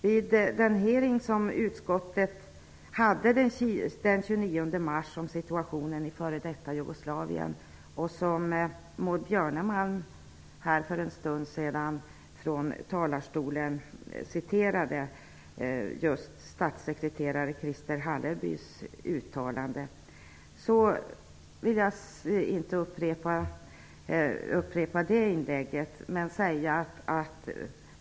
Vi hade en hearing i utskottet den 29 mars om situationen i f.d. Jugoslavien. Maud Björnemalm citerade ur statssekreterare Christer Hallerbys uttalande. Jag vill inte upprepa det.